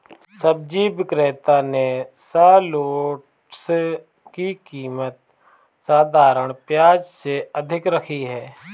सब्जी विक्रेता ने शलोट्स की कीमत साधारण प्याज से अधिक रखी है